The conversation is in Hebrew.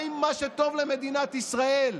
מה עם מה שטוב למדינת ישראל?